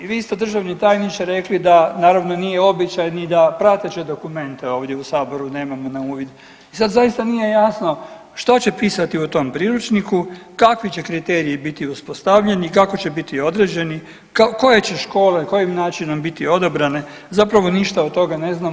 Vi ste isto državni tajniče rekli da naravno nije običaj ni da prateće dokumente ovdje u Saboru nemamo na uvid i sad zaista nije jasno što će pisati u tom priručniku, kakvi će kriteriji biti uspostavljeni, kako će biti određeni koje će škole, kojim načinom biti odabrane zapravo ništa od toga ne znamo.